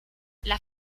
las